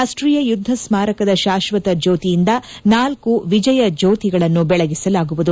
ರಾಷ್ಷೀಯ ಯುದ್ದ ಸ್ನಾರಕದ ಶಾಕ್ಷತ ಜ್ಲೋತಿಯಿಂದ ನಾಲ್ಲು ವಿಜಯ ಜ್ಲೋತಿಗಳನ್ನು ಬೆಳಗಿಸಲಾಗುವುದು